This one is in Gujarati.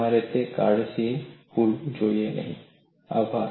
તમારે તે ક્યારેય ભૂલવું જોઈએ નહીં આભાર